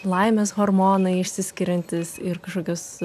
laimės hormonai išsiskiriantys ir kažkokios